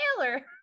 Taylor